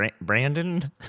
Brandon